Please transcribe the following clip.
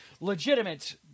legitimate